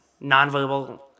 nonverbal